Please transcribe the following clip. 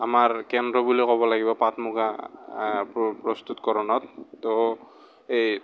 আমাৰ কেন্দ্ৰ বুলি ক'ব লাগিব পাট মুগা প্ৰস্তুতকৰণত ত' সেই